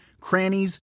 crannies